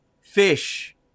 fish